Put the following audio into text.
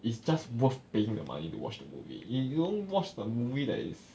it's just worth paying the money to watch the movie y~ you don't watch the movie that is